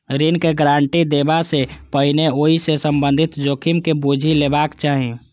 ऋण के गारंटी देबा सं पहिने ओइ सं संबंधित जोखिम के बूझि लेबाक चाही